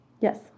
yes